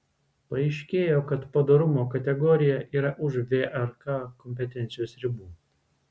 paaiškėjo kad padorumo kategorija yra už vrk kompetencijos ribų